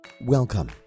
Welcome